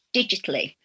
digitally